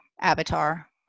avatar